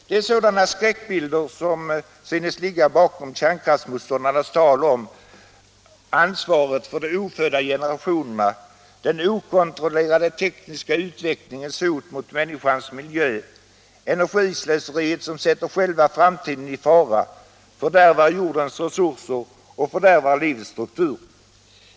Det är sådana skräckbilder som synes ligga bakom kärnkraftsmotståndarnas tal om ansvaret för de ofödda generationerna, om den okontrollerade tekniska utvecklingens hot mot människans miljö, om energislöseriet som sätter själva framtiden i fara, fördärvar jordens resurser och färdärvar livets struktur.